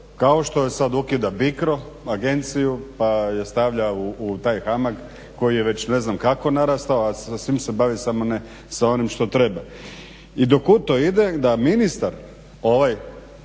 kao što sad ukida BICRO Agenciju pa je stavlja u taj HAMAG koji je već ne znam kako narastao a sa svim se bavi samo ne sa onim što treba. I do kud to ide da ministar ovaj